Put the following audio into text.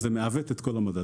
אז זה מעוות את כל המדד.